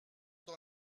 dans